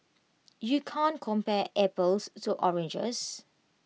you can't compare apples to oranges